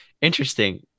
Interesting